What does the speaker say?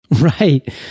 Right